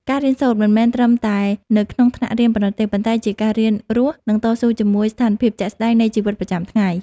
ការរៀនសូត្រមិនមែនត្រឹមតែនៅក្នុងថ្នាក់រៀនប៉ុណ្ណោះទេ ប៉ុន្តែជាការរៀនរស់ និងតស៊ូជាមួយស្ថានភាពជាក់ស្តែងនៃជីវិតប្រចាំថ្ងៃ។